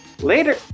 Later